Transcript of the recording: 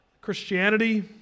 Christianity